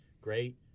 great